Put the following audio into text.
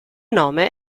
nome